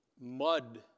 mud